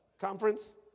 conference